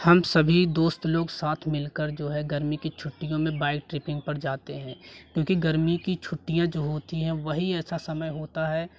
हम सभी दोस्त लोग साथ मिलकर जो है गर्मियों की छुट्टीयों में बाइक ट्रिपिंग पर जाते हैं क्योंकि गर्मी की छुट्टियाँ जो होती हैं वही ऐसा समय होता है